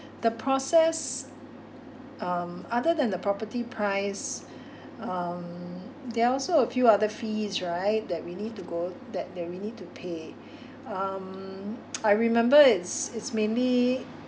the process um other than the property price um there are also a few other fees right that we need to go that that we need to pay um I remember it's it's mainly